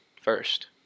first